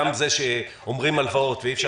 גם על זה שמדברים על הלוואות ואי אפשר